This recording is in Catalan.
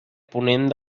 ponent